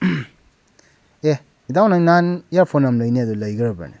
ꯑꯦ ꯏꯇꯥꯎ ꯅꯪ ꯅꯍꯥꯟ ꯏꯌꯥꯔꯐꯣꯟ ꯑꯃ ꯂꯩꯅꯦꯗꯣ ꯂꯩꯈ꯭ꯔꯕꯅꯦ